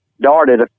darted